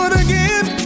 again